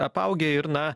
apaugę ir na